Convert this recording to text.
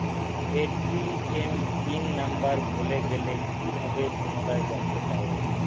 ATM PIN number ভুলে গেলে কি ভাবে পুনরায় জানতে পারবো?